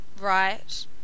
right